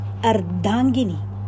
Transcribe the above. Ardangini